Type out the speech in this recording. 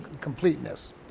completeness